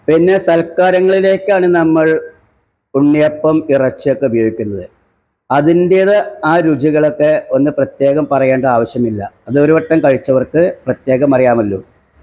പിന്നെ സല്ക്കാരങ്ങളിലേക്കാണ് നമ്മള് ഉണ്ണിയപ്പം ഇറച്ചിയൊക്കെ ഉപയോഗിക്കുന്നത് അതിന്റേത് ആ രുചികളൊക്കെ ഒന്ന് പ്രത്യേകം പറയേണ്ട ആവശ്യമില്ല അത് ഒരു വട്ടം കഴിച്ചവര്ക്ക് പ്രത്യേകം അറിയാമല്ലോ